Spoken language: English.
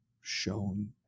shown